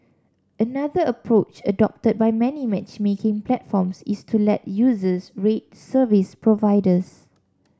another approach adopted by many matchmaking platforms is to let users rate service providers